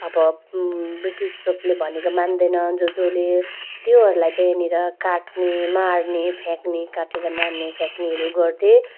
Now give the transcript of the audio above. अब ब्रिटिसले भनेको मान्दैन जसजसले त्योहरूलाई चाहिँ यहाँनिर काट्ने मार्ने फ्याँक्ने काटेर मार्ने फ्याँक्नेहरू गर्थे